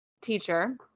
teacher